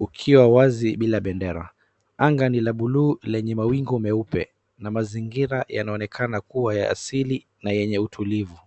ukiwa wazi bila bendera. Anga ni la buluu lenye mawingu meupe na mazingira yanaonekana kuwa ya asili na yenye utulivu.